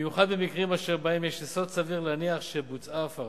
במיוחד במקרים אשר בהם יש יסוד סביר להניח שבוצעה הפרה.